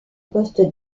poste